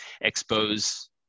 expose